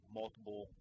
multiple